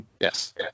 Yes